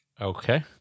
Okay